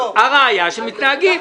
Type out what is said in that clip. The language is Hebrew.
הראיה היא שמתנהגים.